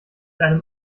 einem